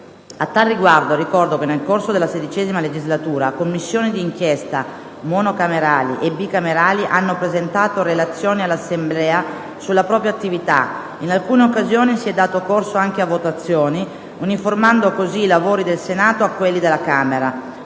A tale riguardo, ricordo che nel corso della XVI legislatura, Commissioni d'inchiesta monocamerali e bicamerali hanno presentato relazioni all'Assemblea sulla propria attività. In alcune occasioni si è dato corso anche a votazioni, uniformando così i lavori del Senato a quelli della Camera,